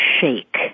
shake